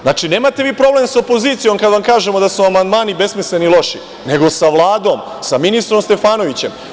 Znači, nemate vi problem sa opozicijom kada vam kažemo da su vam amandmani besmisleni i loši, nego sa Vladom, sa ministrom Stefanovićem.